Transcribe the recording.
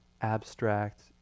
abstract